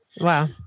Wow